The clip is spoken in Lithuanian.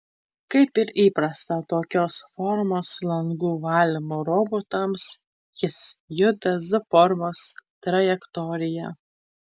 kaip ir įprasta tokios formos langų valymo robotams jis juda z formos trajektorija